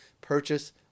purchase